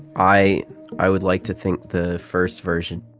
i i would like to think the first version.